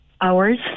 hours